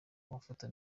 amafoto